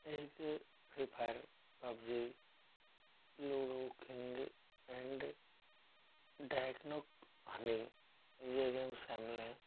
एक free fire PUBG ludo king and डैगनोक हनी ये गेम शामिल हैं